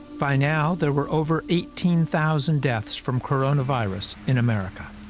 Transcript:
by now, there were over eighteen thousand deaths from coronavirus in america.